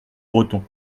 breton